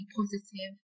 positive